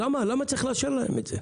למה צריך לאשר להם את זה?